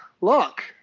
look